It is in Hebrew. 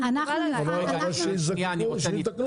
אבל שיתקנו את החוק.